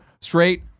straight